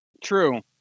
True